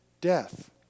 death